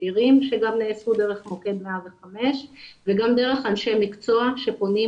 התשדירים שגם נעשו דרך מוקד 105 וגם דרך אנשי מקצוע שפונים,